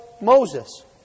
Moses